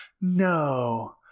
no